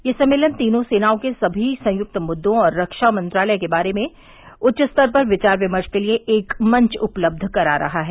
यह सम्मेलन तीनों सेनाओं के सभी संयुक्त मुदों और खा मंत्रालय के बारे में उच्चस्तर पर विचार विमर्श के लिए एकमंच उपलब्ध करा रहा है